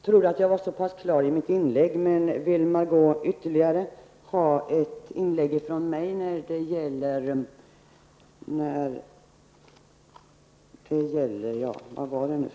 Herr talman! Jag trodde jag uttryckte mig klart i mitt inlägg, Margó Ingvardsson.